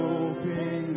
open